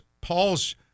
Paul's